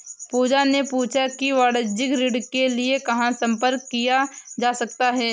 पूजा ने पूछा कि वाणिज्यिक ऋण के लिए कहाँ संपर्क किया जा सकता है?